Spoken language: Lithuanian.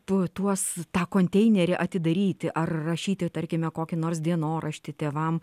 tu tuos tą konteinerį atidaryti ar rašyti tarkime kokį nors dienoraštį tėvam